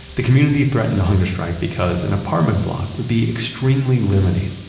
the community threatened a hunger strike because an apartment block would be extremely limiting.